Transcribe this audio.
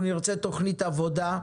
אנחנו נרצה תוכנית עבודה,